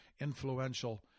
influential